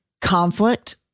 conflict